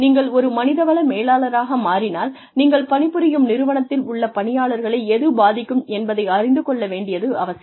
நீங்கள் ஒரு மனித வள மேலாளராக மாறினால் நீங்கள் பணிபுரியும் நிறுவனத்தில் உள்ள பணியாளர்களை எது பாதிக்கும் என்பதை அறிந்து கொள்ள வேண்டியது அவசியம்